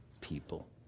people